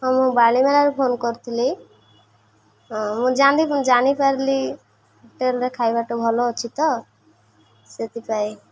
ହଁ ମୁଁ ବାଳିମେଳାରୁ ଫୋନ କରିଥିଲି ହଁ ମୁଁ ଜାଣିପାରିଲି ହୋଟେଲରେ ଖାଇବାଟା ଭଲ ଅଛି ତ ସେଥିପାଇଁ